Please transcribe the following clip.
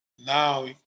now